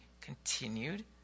continued